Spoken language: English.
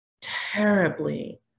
terribly